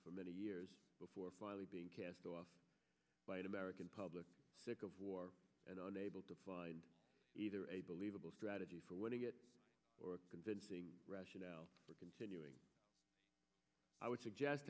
for many years before finally being cast off by an american public sick of war and unable to find either a believable strategy for winning it or convincing rationale for continuing i would suggest